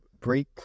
break